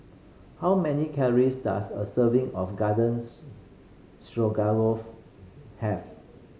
how many calories does a serving of Garden Stroganoff have